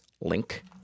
link